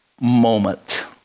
moment